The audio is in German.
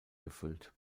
gefüllt